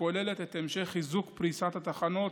שכוללת את המשך חיזוק פריסת התחנות